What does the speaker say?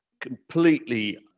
completely